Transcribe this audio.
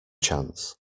chance